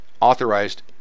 authorized